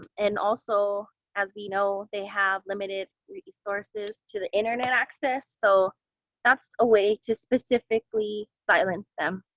and also, as we know, they have limited resources to the internet access, so that's a way to specifically silence them.